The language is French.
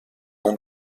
bon